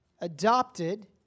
Adopted